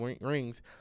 rings